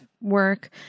work